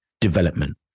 development